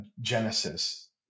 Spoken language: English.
Genesis